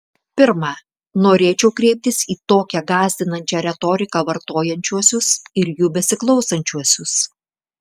pirma norėčiau kreiptis į tokią gąsdinančią retoriką vartojančiuosius ir jų besiklausančiuosius